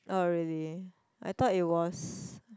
oh really I thought it was